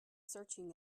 searching